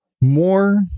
more